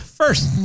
First